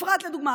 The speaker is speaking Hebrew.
אפרת, לדוגמה.